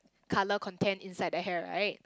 colour content inside the hair right